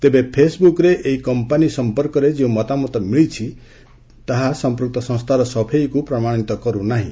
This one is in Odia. ତେବେ ଫେସ୍ବୁକ୍ରେ ଏହି କମ୍ପାନୀ ସମ୍ପର୍କରେ ଯେଉଁ ମତାମତ ମିଳିଛି ତାହା ସମ୍ପୃକ୍ତ ସଂସ୍ଥାର ସଫେଇକୁ ପ୍ରମାଣିତ କରୁ ନାହିଁ